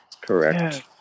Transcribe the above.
Correct